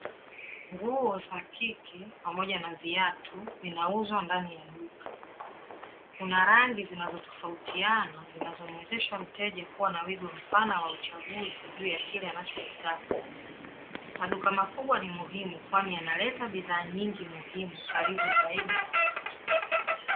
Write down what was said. Nguo za kike pamoja na viatu vinauzwa ndani ya duka, kuna rangi zinazotofautiana zinazomuwezesha mteja kuwa na wigo mpana wa uchaguzi juu ya kile anachokitaka. Maduka makubwa ni muhimu kwani yanaleta bidhaa nyingi muhimu karibu zaidi na watu.